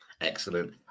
Excellent